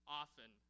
often